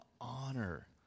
honor